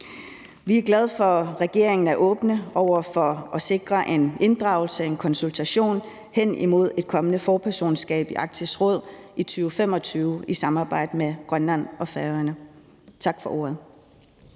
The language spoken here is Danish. Vi er glade for, at regeringen er åben over for at sikre en inddragelse, en konsultation, henimod et kommende forpersonskab i Arktisk Råd i 2025 i samarbejde med Grønland og Færøerne. Tak for ordet.